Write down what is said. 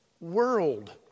world